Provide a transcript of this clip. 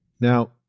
Now